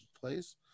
place